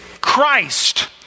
Christ